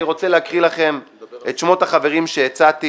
אני רוצה להקריא לכם את שמות החברים שהצעתי